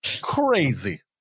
Crazy